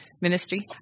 ministry